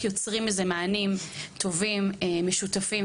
על איך יוצרים לזה מענים טובים ונכונים.